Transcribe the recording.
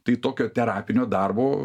tai tokio terapinio darbo